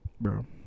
bro